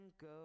go